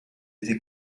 été